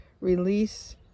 release